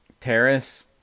terrace